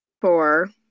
Four